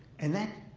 and that,